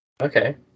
Okay